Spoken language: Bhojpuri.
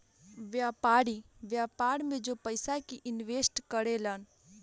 व्यापारी, व्यापार में जो पयिसा के इनवेस्ट करे लन